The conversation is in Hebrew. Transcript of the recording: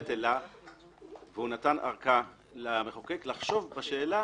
בג"ץ אמר שההתקשרות בטלה והוא נתן ארכה למחוקק לחשוב בשאלה